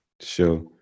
Sure